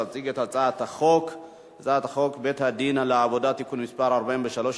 להציג את הצעת החוק בית-הדין לעבודה (תיקון מס' 43),